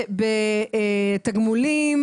זה בתגמולים